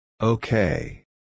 Okay